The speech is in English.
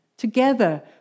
Together